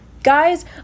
Guys